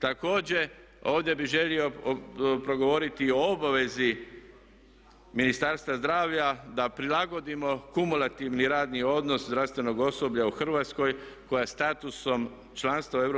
Također, ovdje bih želio progovoriti o obvezi Ministarstva zdravlja da prilagodimo kumulativni radni odnos zdravstvenog osoblja u Hrvatskoj koja statusom članstva u EU